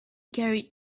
carried